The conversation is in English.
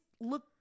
look